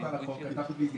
אז הוא עובר על החוק.